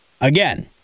again